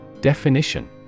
Definition